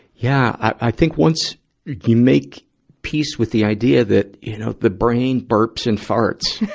yeah. i, i think once you make peace with the idea that, you know, the brain burps and farts